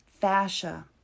fascia